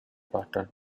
button